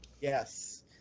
Yes